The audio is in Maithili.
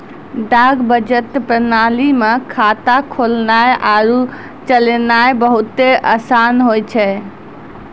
डाक बचत प्रणाली मे खाता खोलनाय आरु चलैनाय बहुते असान होय छै